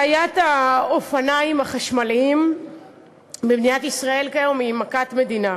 בעיית האופניים החשמליים במדינת ישראל כיום היא מכת מדינה.